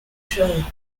show